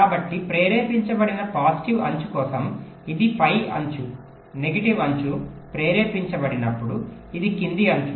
కాబట్టి ప్రేరేపించబడిన పాజిటివ్ అంచు కోసం ఇది పై అంచు నెగటివ్ అంచు ప్రేరేపించబడినప్పుడు ఇది కింది అంచు